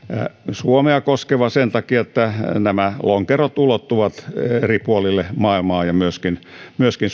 suomea koskeva sen takia että nämä lonkerot ulottuvat eri puolille maailmaa ja myöskin myöskin